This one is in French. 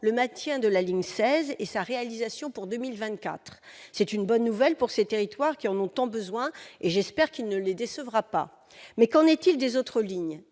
le maintien de la ligne 16 et sa réalisation pour 2024. C'est une bonne nouvelle pour les territoires concernés, qui en ont tant besoin, et j'espère qu'il ne les décevra pas. Mais qu'en est-il des autres lignes ?